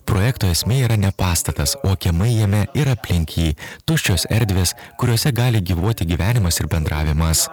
projekto esmė yra ne pastatas o kiemai jame ir aplink jį tuščios erdvės kuriose gali gyvuoti gyvenimas ir bendravimas